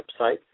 website